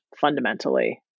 fundamentally